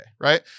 right